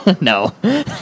No